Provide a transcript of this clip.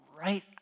right